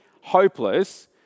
hopeless